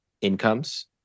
incomes